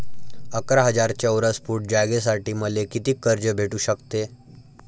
अकरा हजार चौरस फुट जागेसाठी मले कितीक कर्ज भेटू शकते?